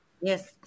Yes